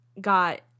got